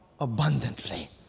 Abundantly